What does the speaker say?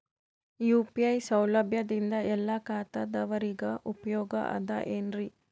UPI ಸೌಲಭ್ಯದಿಂದ ಎಲ್ಲಾ ಖಾತಾದಾವರಿಗ ಉಪಯೋಗ ಅದ ಏನ್ರಿ?